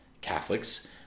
Catholics